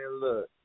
look